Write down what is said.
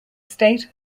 state